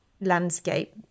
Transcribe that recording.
landscape